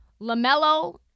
LaMelo